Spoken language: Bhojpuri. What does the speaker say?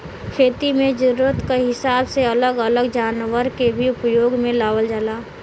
खेती में जरूरत क हिसाब से अलग अलग जनावर के भी उपयोग में लावल जाला